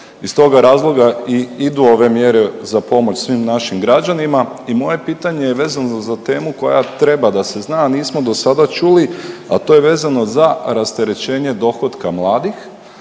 Iz toga razloga i idu ove mjere za pomoć svim našim građanima. I moje pitanje je vezano za temu koja treba da se zna, a nismo do sada čuli, a to je vezano za rasterećenje dohotka mladih